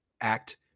act